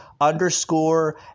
underscore